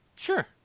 Sure